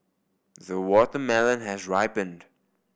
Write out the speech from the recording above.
the watermelon has ripened